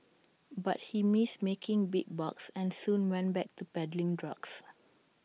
but he missed making big bucks and soon went back to peddling drugs